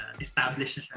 established